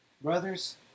Brothers